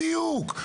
בדיוק.